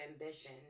ambition